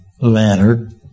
Leonard